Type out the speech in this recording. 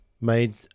made